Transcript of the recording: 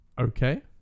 Okay